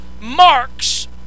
marks